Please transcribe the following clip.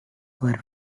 were